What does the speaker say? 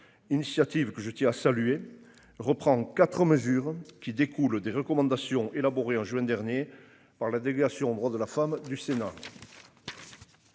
initiative que je tiens à saluer reprend 4 mesures qui découle des recommandations élaborées en juin dernier par la délégation aux droits de la femme du Sénat.